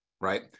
right